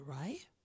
right